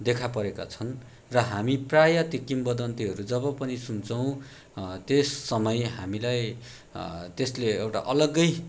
देखापरेका छन् र हामी प्रायः ती किंवदन्तीहरू जब पनि सुन्छौँ त्यस समय हामीलाई त्यसले एउटा अलग्गै